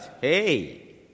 Hey